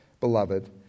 beloved